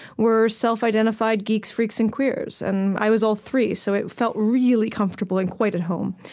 were self-identified geeks, freaks, and queers. and i was all three, so it felt really comfortable and quite at home.